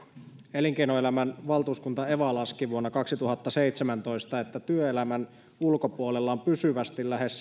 elinkeinoelämän valtuuskunta eva laski vuonna kaksituhattaseitsemäntoista että työelämän ulkopuolella on pysyvästi lähes